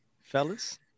fellas